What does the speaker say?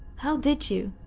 how did you?